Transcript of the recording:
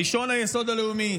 הראשון, היסוד הלאומי.